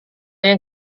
yang